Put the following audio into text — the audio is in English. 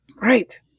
Right